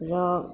र